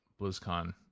BlizzCon